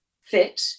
fit